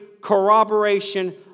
corroboration